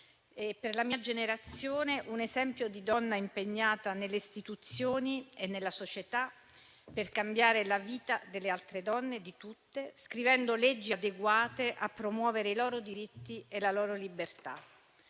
per la mia generazione un esempio di donna impegnata nelle istituzioni e nella società per cambiare la vita delle altre donne, di tutte, scrivendo leggi adeguate a promuovere i loro diritti e la loro libertà.